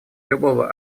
любого